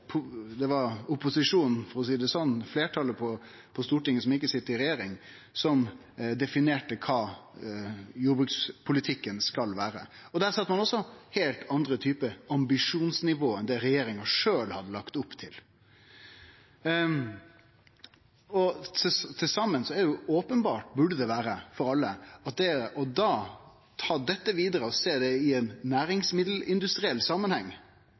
som definerte kva jordbrukspolitikken skal vere. Der sette ein òg eit heilt anna ambisjonsnivå enn det regjeringa sjølv hadde lagt opp til. Til saman burde det vere openbert for alle at å ta dette vidare og sjå desse nye føresetnadene som Stortinget har brakt på bordet – med eit høgare ambisjonsnivå enn det regjeringa har lagt til grunn i ein næringsmiddelindustriell samanheng